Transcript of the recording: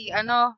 ano